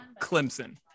Clemson